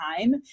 time